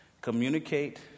communicate